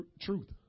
truth